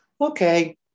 Okay